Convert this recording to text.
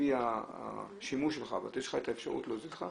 לפי השימוש שלך ויש אפשרות להוזיל לך,